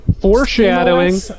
Foreshadowing